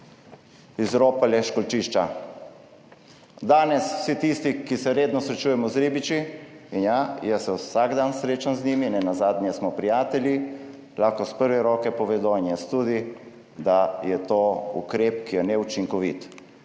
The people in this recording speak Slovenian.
izropale školjčišča. Danes vsi tisti, ki se redno srečujemo z ribiči, in ja, jaz se vsak dan srečam z njimi, nenazadnje smo prijatelji, lahko iz prve roke povedo in jaz tudi, da je to ukrep, ki je neučinkovit.